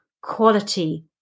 quality